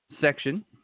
section